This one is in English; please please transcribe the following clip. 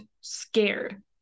scared